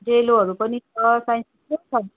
डेलोहरू पनि छ साइन पनि छ